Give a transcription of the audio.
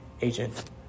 agent